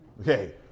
Okay